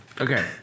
Okay